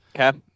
Okay